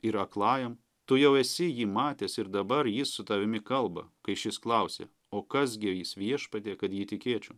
ir aklajam tu jau esi jį matęs ir dabar jis su tavimi kalba kai šis klausia o kas gi jis viešpatie kad jį tikėčiau